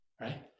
right